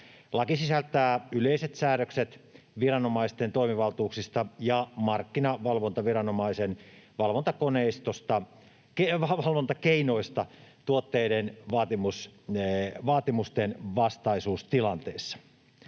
Laki sisältää yleiset säädökset viranomaisten toimivaltuuksista ja markkinavalvontaviranomaisen valvontakeinoista tuotteiden vaatimustenvastaisuustilanteessa.